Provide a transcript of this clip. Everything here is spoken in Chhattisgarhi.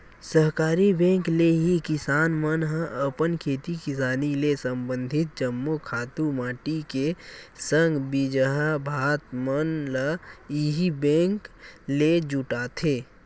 सहकारी बेंक ले ही किसान मन ह अपन खेती किसानी ले संबंधित जम्मो खातू माटी के संग बीजहा भात मन ल इही बेंक ले जुटाथे